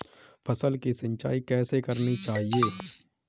फसल की सिंचाई कैसे करनी चाहिए?